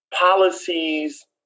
policies